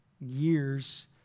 years